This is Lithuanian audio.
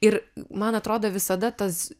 ir man atrodo visada tas